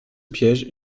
piège